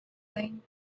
plain